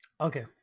Okay